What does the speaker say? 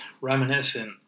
reminiscent